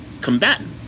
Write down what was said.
combatant